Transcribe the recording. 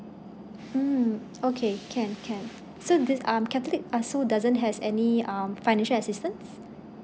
mm okay can can so this um catholic also doesn't has any um financial assistance